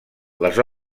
les